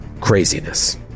craziness